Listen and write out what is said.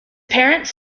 parents